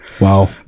Wow